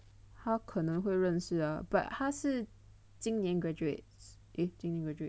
!huh! 不可能会认识的:bu ke neng huiren shi de but 他是今年 graduate I think